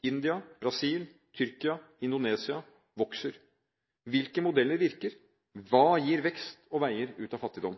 India, Brasil, Tyrkia og Indonesia vokser. Hvilke modeller virker? Hva gir vekst og veier ut av fattigdom?